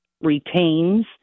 retains